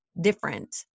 different